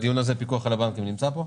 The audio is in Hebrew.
--- הפיקוח על הבנקים נמצא פה?